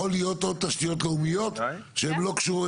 יכול להיות עוד תשתיות לאומיות שהן לא קשורות,